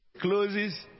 closes